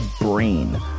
brain